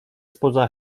spoza